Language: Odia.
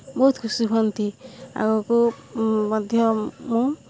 ବହୁତ ଖୁସି ହୁଅନ୍ତି ଆଗକୁ ମଧ୍ୟ ମୁଁ